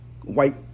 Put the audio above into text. white